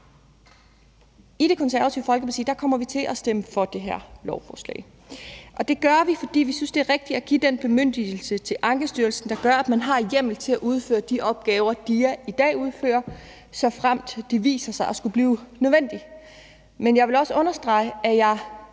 I Det Konservative Folkeparti kommer vi til at stemme for det her lovforslag, og det gør vi, fordi vi synes, det er rigtigt at give den bemyndigelse til Ankestyrelsen, der gør, at man har hjemmel til at udføre de opgaver, DIA i dag udfører, såfremt det viser sig at skulle blive nødvendigt. Men jeg vil også understrege, at jeg